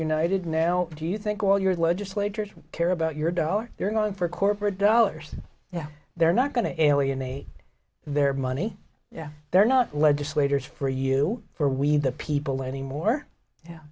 united now do you think all your legislators care about your dollar they're going for corporate dollars yeah they're not going to alienate their money yeah they're not legislators for you for we the people